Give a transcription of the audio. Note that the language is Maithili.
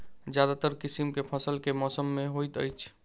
ज्यादातर किसिम केँ फसल केँ मौसम मे होइत अछि?